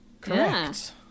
Correct